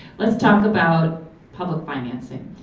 let's talk about public financing.